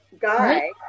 guy